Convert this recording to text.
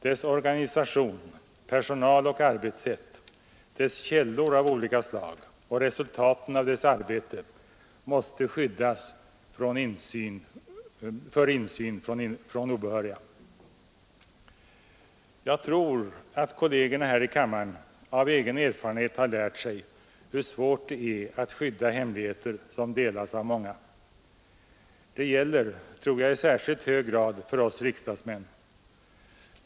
Dess organisation, personal och arbetssätt, dess källor av olika slag och resultatet av dess arbete måste skyddas mot insyn från obehöriga. Jag tror att kollegerna här i kammaren av egen erfarenhet har lärt sig hur svårt det är att skydda hemligheter som delas av många. Detta gäller, tror jag, i särskilt hög grad för oss riksdagsmän.